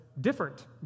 different